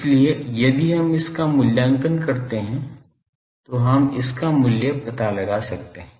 इसलिए यदि हम इसका मूल्यांकन करते हैं तो हम इसका मूल्य पता लगा सकते हैं